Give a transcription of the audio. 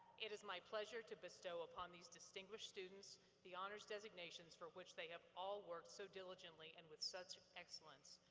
it is my pleasure to bestow upon these distinguished students the honors designations for which they have all worked so diligently and with such excellence.